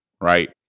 Right